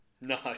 No